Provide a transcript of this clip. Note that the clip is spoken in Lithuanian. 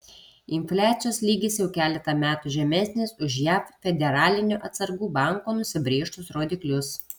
infliacijos lygis jau keletą metų žemesnis už jav federalinio atsargų banko nusibrėžtus rodiklius